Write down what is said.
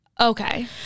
Okay